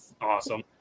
Awesome